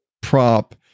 prop